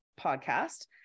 podcast